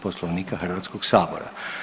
Poslovnika Hrvatskog sabora.